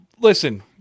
listen